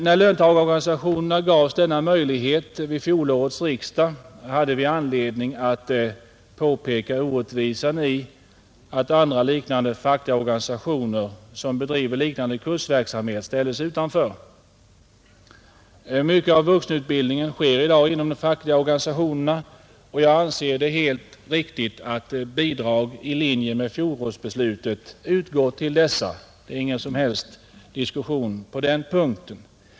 När löntagarorganisationerna gavs denna möjlighet vid fjolårets riksdag, hade vi anledning att påpeka orättvisan i att andra liknande fackliga organisationer som bedriver liknande kursverksamhet ställdes utanför. Mycket av vuxenutbildningen sker i dag inom de fackliga organisationerna, och jag anser det helt riktigt att bidrag i linje med fjolårsbeslutet utgår till dessa. Det är ingen som helst diskussion på den punkten.